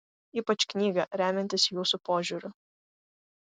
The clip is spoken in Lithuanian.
ypač knygą remiantis jūsų požiūriu